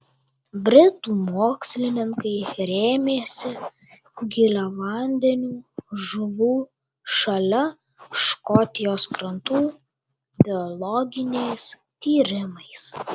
britų mokslininkai rėmėsi giliavandenių žuvų šalia škotijos krantų biologiniais tyrimais